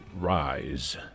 rise